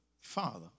father